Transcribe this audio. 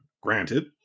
Granted